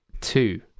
two